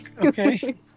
Okay